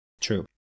true